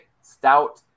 stout